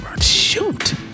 shoot